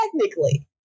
technically